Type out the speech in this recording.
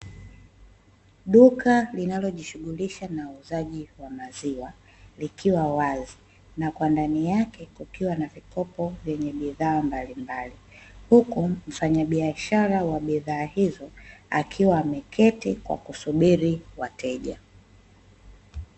Duka linalojishughulisha na uuzaji wa maziwa likiwa wazi na kwa ndani yake kukiwa na vikopo vyenye bidhaa mbalimbali huku mfanyabiashara wa bidhaa hizo akiwa ameketi kwa kusubiri wateja.